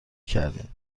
کردین